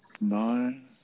nine